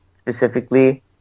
specifically